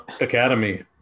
Academy